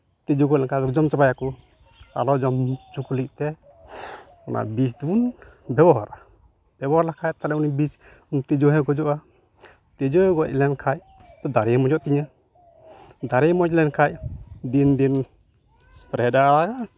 ᱛᱤᱡᱩ ᱠᱚ ᱦᱮᱡ ᱞᱮᱱᱠᱷᱟᱱ ᱡᱚᱢ ᱪᱟᱵᱟᱭᱟᱠᱚ ᱟᱞᱚ ᱡᱚᱢ ᱦᱚᱪᱚ ᱠᱚ ᱞᱟᱹᱜᱤᱫ ᱛᱮ ᱚᱱᱟ ᱵᱤᱥ ᱫᱚᱵᱚᱱ ᱵᱮᱵᱚᱦᱟᱨᱟ ᱵᱮᱵᱚᱦᱟᱨ ᱞᱮᱠᱷᱟᱱ ᱛᱟᱦᱚᱞᱮ ᱵᱤᱥ ᱩᱱᱤ ᱛᱤᱡᱩ ᱦᱚᱸᱭ ᱜᱩᱡᱩᱜᱼᱟ ᱛᱤᱡᱩᱭ ᱜᱚᱡ ᱞᱮᱱᱠᱷᱟᱱ ᱫᱟᱨᱮ ᱦᱚᱸ ᱢᱚᱡᱽᱼᱚᱜ ᱛᱤᱧᱟᱹ ᱫᱟᱨᱮ ᱢᱚᱡᱽ ᱞᱮᱱᱠᱷᱟᱱ ᱫᱤᱱᱼᱫᱤᱱ ᱮᱥᱯᱨᱮᱭᱟᱫᱟ